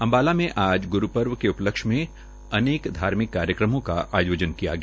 अंबाला में आज ग्रु पर्व के उपलक्ष में अनेक धार्मिक कार्यक्रमों का आयोजन किया गया